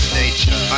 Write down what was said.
nature